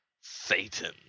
Satan